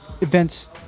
events